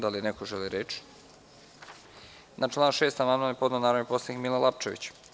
Da li neko želi reč? (Ne.) Na član 6. amandman je podneo narodni poslanik Milan Lapčević.